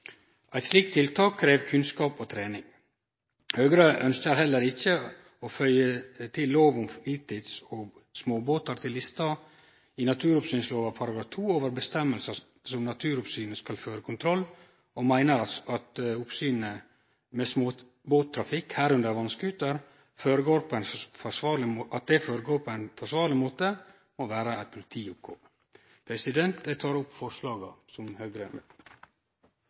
Eit slikt tiltak krev kunnskap og trening. Høgre ønskjer heller ikkje å føye lov om fritids- og småbåtar til lista i naturoppsynslova § 2 over avgjerder som Naturoppsynet skal føre kontroll med. Vi meiner at oppsynet med at småbåttrafikk – medrekna vannskuterar – føregår på ein forsvarleg måte, må vere ei politioppgåve. Eg tar opp forslaget frå Høgre og Framstegspartiet. Representanten Bjørn Lødemel har tatt opp det forlsaget han refererte til. Dette er